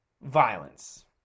violence